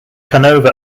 canova